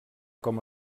com